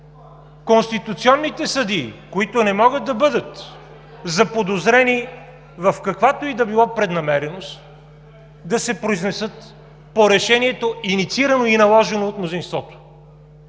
конституционните съдии, които не могат да бъдат заподозрени в каквато и да било преднамереност, да се произнесат по решението, инициирано и наложено от мнозинството.